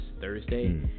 thursday